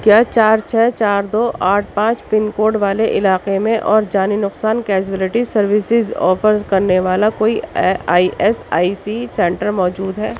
کیا چار چھ چار دو آٹھ پانچ پن کوڈ والے علاقے میں اور جانی نقصان کیزویلٹی سروسز آفرز کرنے والا کوئی I S I C centre موجود ہے